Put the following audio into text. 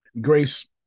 Grace